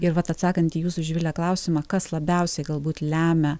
ir vat atsakant į jūsų živile klausimą kas labiausiai galbūt lemia